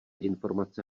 informace